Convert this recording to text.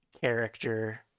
character